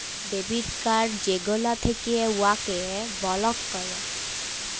debit card যেগলা থ্যাকে উয়াকে বলক ক্যরে